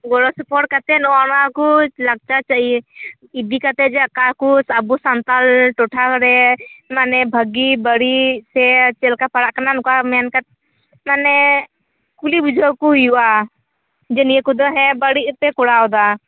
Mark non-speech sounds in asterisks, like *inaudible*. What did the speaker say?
ᱜᱚᱲᱚᱥᱚᱯᱚᱲ ᱠᱟᱛᱮ ᱱᱚᱣᱟ ᱱᱟ ᱠᱚ ᱞᱟᱠᱪᱟᱨ *unintelligible* ᱤᱫᱤᱠᱟᱛᱮ ᱡᱟ ᱠᱟ ᱠᱚ ᱟᱵᱚ ᱥᱟᱱᱛᱟᱲ ᱴᱚᱴᱷᱟᱨᱮ ᱢᱟᱱᱮ ᱵᱷᱟᱜᱮ ᱵᱟ ᱲᱤᱡ ᱥᱮ ᱪᱮᱫ ᱞᱮᱠᱟ ᱯᱟᱲᱟᱜ ᱠᱟᱱᱟ ᱱᱚᱠᱟ ᱢᱮᱱ ᱠᱟ ᱢᱟᱱᱮ ᱠᱩᱞᱤᱵᱩᱡᱷᱟ ᱣ ᱠᱚ ᱦᱩᱭᱩᱜᱼᱟ ᱡᱮ ᱱᱤᱭᱟ ᱠᱚᱫᱚ ᱦᱮ ᱵᱟ ᱲᱤᱡ ᱯᱮ ᱠᱚᱨᱟᱣᱮᱫᱟ